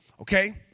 Okay